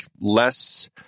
less